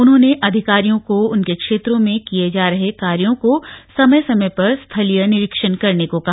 उन्होंने अधिकारियों को उनके क्षेत्रों में किए जा रहे कार्यो का समय समय पर स्थलीय निरीक्षण करने को कहा